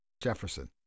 Jefferson